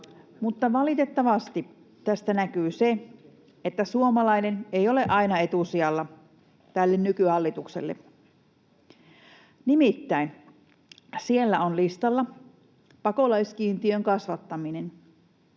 valitettavasti tästä näkyy se, että suomalainen ei ole aina etusijalla tällä nykyhallituksella. Nimittäin siellä on listalla pakolaiskiintiön kasvattaminen.